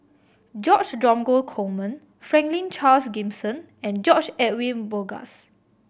George Dromgold Coleman Franklin Charles Gimson and George Edwin Bogaars